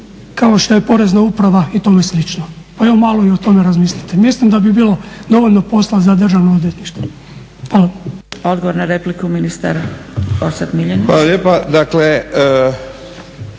kao što je porezna uprava i tome slično. Pa evo malo i o tome razmislite. Mislim da bi bilo dovoljno posla za državno odvjetništvo. Hvala.